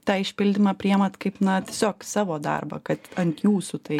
tą išpildymą priimat kaip na tiesiog savo darbą kad ant jūsų tai